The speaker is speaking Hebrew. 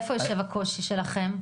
איפה יושב הקושי שלכם?